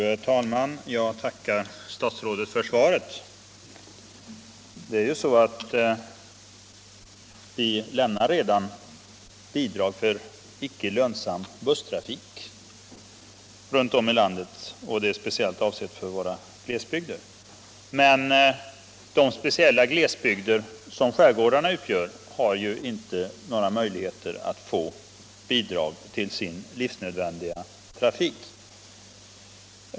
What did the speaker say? Fru talman! Jag tackar statsrådet för svaret. Vi lämnar redan runt om i landet bidrag till icke lönsam busstrafik. De bidragen är speciellt avsedda för våra glesbygder. Men de glesbygder som skärgårdarna utgör har inte möjlighet att få bidrag till sin livsnödvändiga trafik.